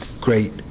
great